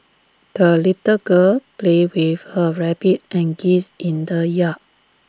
the little girl played with her rabbit and geese in the yard